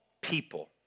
people